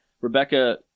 Rebecca